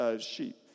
sheep